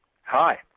Hi